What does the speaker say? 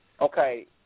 okay